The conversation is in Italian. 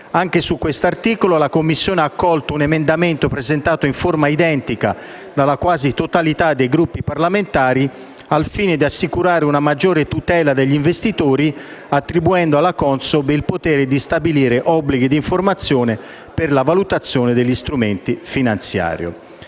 Anche su questo articolo, la Commissione ha accolto un emendamento presentato in forma identifica dalla quasi totalità dei Gruppi parlamentari al fine di assicurare una maggiore tutela degli investitori, attribuendo alla Consob il potere di stabilire obblighi di informazione per la valutazione degli strumenti finanziari.